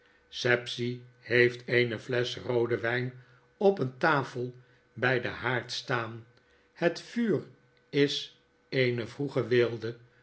tuin sapsea heeft eene flesch rooden wyn op eene tafel by den haard staan het vuur is eene vroege weelde